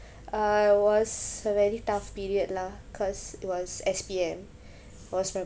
uh was a very tough period lah cause it was S_P_M was my